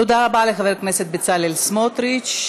תודה רבה לחבר הכנסת בצלאל סמוטריץ.